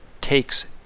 takes